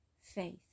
faith